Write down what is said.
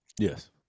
Yes